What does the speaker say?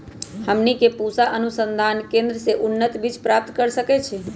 हमनी के पूसा अनुसंधान केंद्र से उन्नत बीज प्राप्त कर सकैछे?